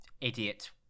idiot